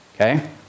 okay